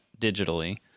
digitally